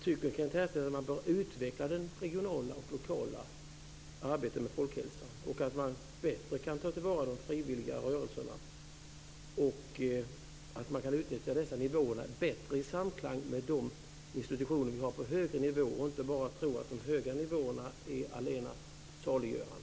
Tycker Kent Härstedt att man bör utveckla det regionala och lokala arbetet med folkhälsan, att man bättre kan ta till vara de frivilliga rörelserna och att man kan utnyttja dessa nivåer bättre i samklang med de institutioner vi har på högre nivåer och inte bara tro att de höga nivåerna är allena saliggörande?